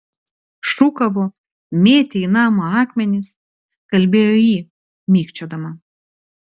šūkavo mėtė į namą akmenis kalbėjo ji mikčiodama